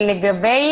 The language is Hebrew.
לגבי